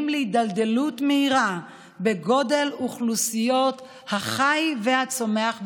להידלדלות מהירה בגודל אוכלוסיות החי והצומח בים.